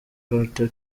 carter